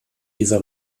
dieser